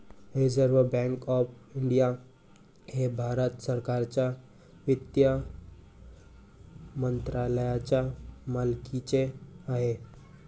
reserve bank of India हे भारत सरकारच्या वित्त मंत्रालयाच्या मालकीचे आहे